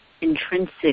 intrinsic